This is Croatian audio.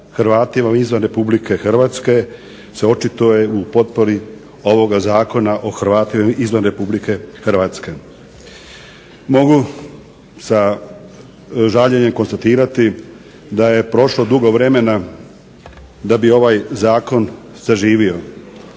Hrvatima izvan Republike Hrvatske se očituje u potpori ovoga Zakona o Hrvatima izvan Republike Hrvatske. Mogu sa žaljenjem konstatirati da je prošlo dugo vremena da bi ovaj Zakon zaživio.